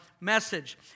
message